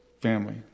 family